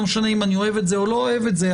לא משנה אם אני אוהב את זה או לא אוהב את זה.